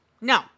No